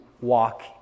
walk